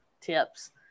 tips